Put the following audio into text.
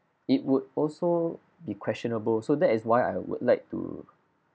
it would also be questionable so that is why I would like to